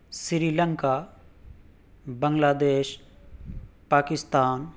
Sri Lanka Bangladesh Pakistan